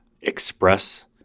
express